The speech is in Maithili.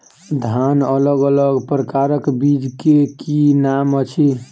धान अलग अलग प्रकारक बीज केँ की नाम अछि?